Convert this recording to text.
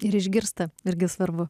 ir išgirsta irgi svarbu